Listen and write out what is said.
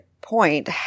point